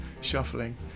shuffling